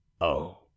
Oh